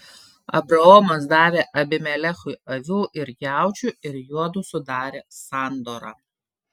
abraomas davė abimelechui avių ir jaučių ir juodu sudarė sandorą